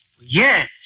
Yes